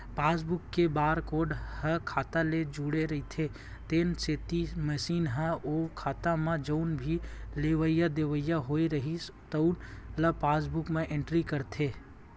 passbook के barcode ह खाता ले जुड़े रहिथे तेखर सेती मसीन ह ओ खाता म जउन भी लेवइ देवइ होए रहिथे तउन ल पासबूक म एंटरी करथे